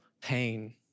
pain